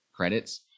credits